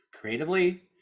creatively